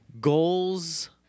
Goals